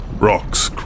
Rocks